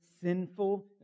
sinful